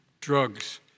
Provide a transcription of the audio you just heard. drugs